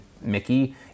Mickey